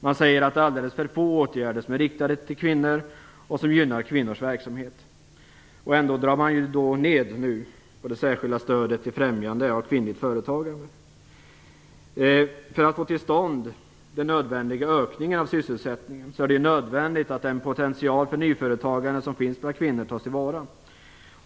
Man säger att det är alldeles för få åtgärder som är riktade till kvinnor och som gynnar kvinnors verksamhet. Ändå drar man ned på det särskilda stödet till främjande av kvinnligt företagande. För att få till stånd den nödvändiga ökningen av sysselsättningen är det nödvändigt att den potential för nyföretagande som finns bland kvinnor tas till vara.